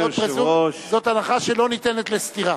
זאת הנחה שלא ניתנת לסתירה.